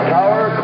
Tower